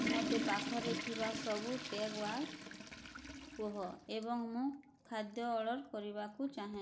ମୋତେ ପାଖରେ ଥିବା ସବୁ କୁହ ଏବଂ ମୁଁ ଖାଦ୍ୟ ଅର୍ଡ଼ର୍ କରିବାକୁ ଚାହେଁ